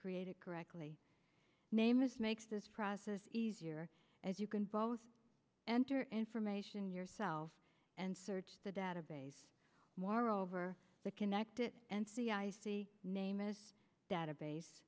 created correctly name is makes this process easier as you can both enter information yourself and search the database moreover the connected n c i c name is database